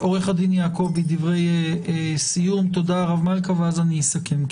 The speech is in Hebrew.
עורך הדין יעקבי, דברי סיום ואז אני אסכם.